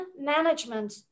management